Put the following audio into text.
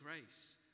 grace